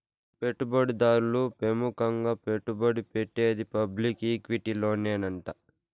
పెట్టుబడి దారులు పెముకంగా పెట్టుబడి పెట్టేది పబ్లిక్ ఈక్విటీలోనేనంట